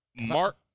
Mark